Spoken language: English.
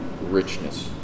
richness